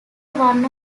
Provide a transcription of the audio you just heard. one